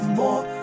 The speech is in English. more